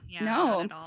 No